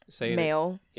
male